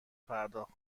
پرداخت